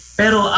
pero